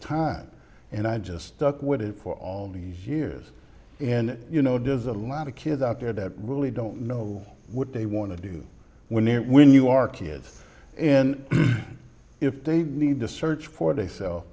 time and i just stuck with it for all these years and you know does a lot of kids out there that really don't know what they want to do when they are when you are kids and if they need to search for